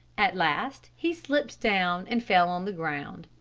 at last he slipped down and fell on the ground.